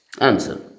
Answer